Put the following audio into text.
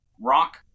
rock